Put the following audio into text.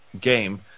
game